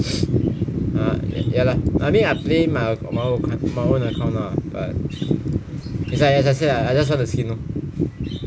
ha ya lah I mean I play my my own my own account lah but as I as I say lah I just want the skin loh